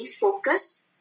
focused